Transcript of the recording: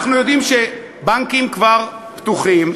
אנחנו יודעים שבנקים כבר פתוחים,